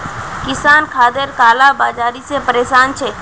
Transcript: किसान खादेर काला बाजारी से परेशान छे